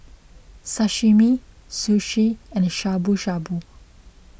Sashimi Sushi and Shabu Shabu